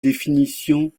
définition